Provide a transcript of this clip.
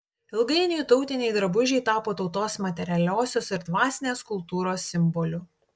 ilgainiui tautiniai drabužiai tapo tautos materialiosios ir dvasinės kultūros simboliu